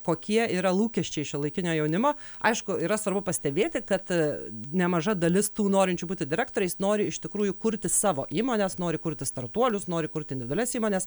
kokie yra lūkesčiai šiuolaikinio jaunimo aišku yra svarbu pastebėti kad nemaža dalis tų norinčių būti direktoriais nori iš tikrųjų kurti savo įmones nori kurti startuolius nori kurt indvidualias įmones